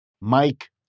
Mike